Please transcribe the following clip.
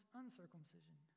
uncircumcision